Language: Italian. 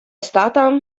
stata